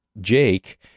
jake